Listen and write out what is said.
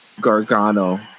Gargano